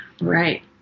Right